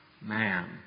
man